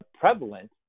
prevalent